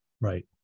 Right